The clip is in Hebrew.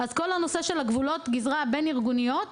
כל הנושא של גבולות גזרה בין-ארגוניות